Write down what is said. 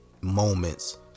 moments